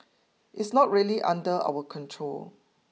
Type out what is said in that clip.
it's not really under our control